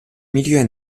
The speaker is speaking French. milieu